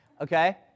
okay